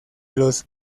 los